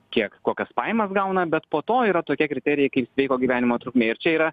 kiek kokias pajamas gauna bet po to yra tokie kriterijai kaip sveiko gyvenimo trukmė ir čia yra